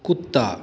कुत्ता